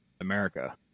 America